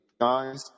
guys